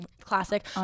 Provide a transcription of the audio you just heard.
classic